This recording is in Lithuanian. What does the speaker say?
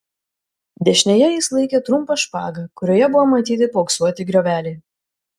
dešinėje jis laikė trumpą špagą kurioje buvo matyti paauksuoti grioveliai